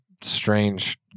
strange